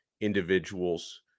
individuals